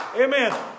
Amen